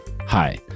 Hi